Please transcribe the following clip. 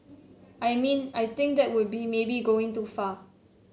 I mean I think that would be maybe going too far